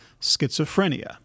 schizophrenia